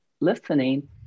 listening